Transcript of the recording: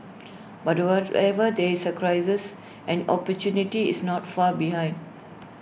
but the whatever there is A crisis an opportunity is not far behind